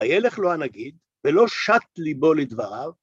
‫הילך לו הנגיד, ‫ולא שת ליבו לדבריו.